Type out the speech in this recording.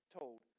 told